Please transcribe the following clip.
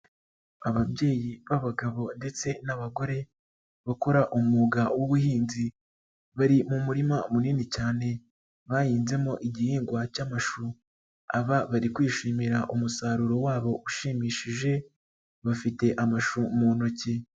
Ababyeyi b'abagabo ndetse n'abagore bakora umwuga w'ubuhinzi, bari mu murima munini cyane bahinzemo igihingwa cy'amashu, aba bari kwishimira umusaruro wabo ushimishije bafite mu ntoki.